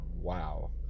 wow